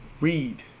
Read